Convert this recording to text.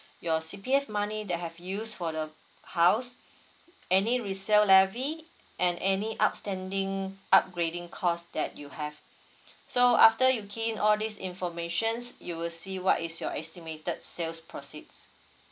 your C_P_F money that have use for the house any resell levy and any outstanding upgrading cost that you have so after you key in all these information you will see what is your estimated sales proceeds